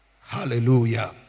Hallelujah